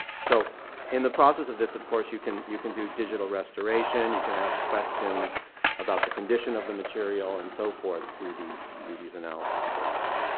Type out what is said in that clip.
so in the process of this of course, you can you can do digital restoration, you can ask questions about the condition of the material and so forth through these through these analysis processes.